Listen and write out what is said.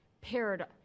paired